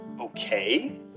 Okay